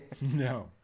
No